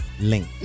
Link